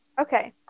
Okay